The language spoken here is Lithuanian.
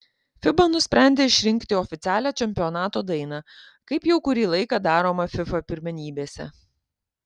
fiba nusprendė išrinkti oficialią čempionato dainą kaip jau kurį laiką daroma fifa pirmenybėse